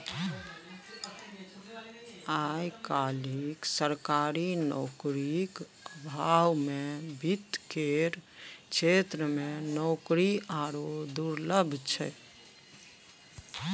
आय काल्हि सरकारी नौकरीक अभावमे वित्त केर क्षेत्रमे नौकरी आरो दुर्लभ छै